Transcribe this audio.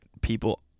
people